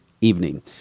evening